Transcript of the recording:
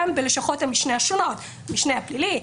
גם בלשכות המשנה השונות המשנה הפלילי,